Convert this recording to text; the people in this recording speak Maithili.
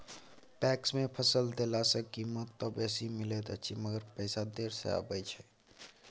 पैक्स मे फसल देला सॅ कीमत त बेसी मिलैत अछि मगर पैसा देर से आबय छै